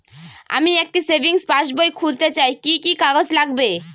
আমি একটি সেভিংস পাসবই খুলতে চাই কি কি কাগজ লাগবে?